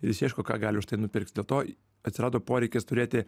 jis ieško ką gali už tai nupirkt dėl to atsirado poreikis turėti